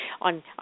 on